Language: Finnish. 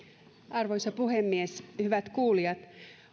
arvoisa puhemies hyvät kuulijat